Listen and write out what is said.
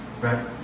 right